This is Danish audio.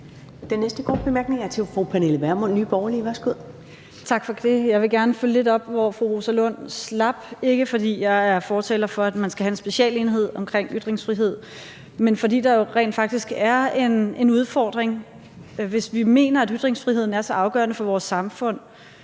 Den næste korte bemærkning er til fru Pernille Vermund, Nye Borgerlige. Værsgo. Kl. 15:19 Pernille Vermund (NB): Tak for det. Jeg vil gerne følge lidt op der, hvor fru Rosa Lund slap, ikke fordi jeg er fortaler for, at man skal have en specialenhed for ytringsfrihed, men fordi der jo rent faktisk er en udfordring. Hvis vi mener, at ytringsfriheden er så afgørende for vores samfund,